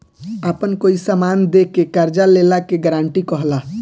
आपन कोई समान दे के कर्जा लेला के गारंटी कहला